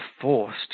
forced